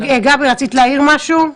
גבי, רצית להעיר משהו?